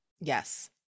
yes